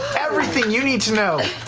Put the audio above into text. everything you need to know,